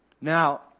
Now